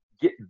get